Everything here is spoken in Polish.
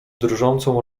drżącą